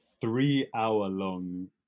three-hour-long